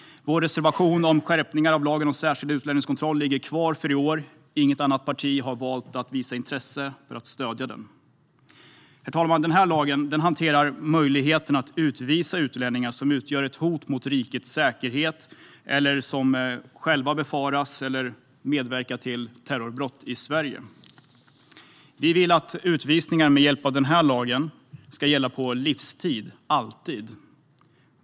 Vår reservation om skärpningar av lagen om särskild utlänningskontroll ligger kvar för i år. Inget annat parti har visat intresse av att stödja den. Herr talman! Den här lagen hanterar möjligheten att utvisa utlänningar som utgör ett hot mot rikets säkerhet eller befaras medverka till eller själva utföra terrorbrott i Sverige. Vi vill att utvisningar enligt den här lagen ska gälla på livstid, alltid.